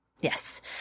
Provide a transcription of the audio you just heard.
Yes